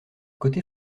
côté